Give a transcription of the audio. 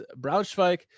Braunschweig